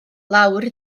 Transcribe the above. lawr